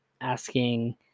asking